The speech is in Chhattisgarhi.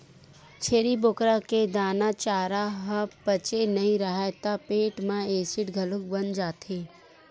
छेरी बोकरा के दाना, चारा ह पचे नइ राहय त पेट म एसिड घलो बन जाथे